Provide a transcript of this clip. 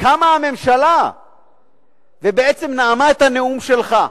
קמה הממשלה ובעצם נאמה את הנאום שלך.